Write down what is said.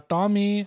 Tommy